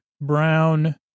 brown